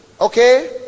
okay